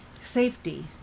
safety